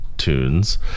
tunes